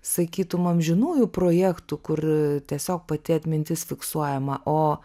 sakytum amžinųjų projektų kur tiesiog pati atmintis fiksuojama o